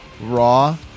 Raw